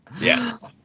Yes